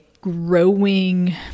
growing